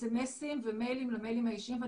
אסמ"סים ומיילים למיילים האישיים,